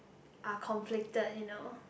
are conflicted you know